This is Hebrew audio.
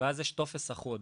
ואז יש טופס אחוד.